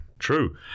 True